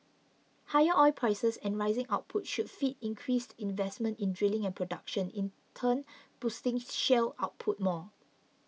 higher oil prices and rising output should feed increased investment in drilling and production in turn boosting shale output more